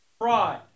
pride